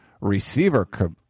receiver